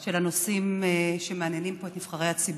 של הנושאים שמעניינים פה את נבחרי הציבור.